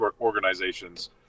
organizations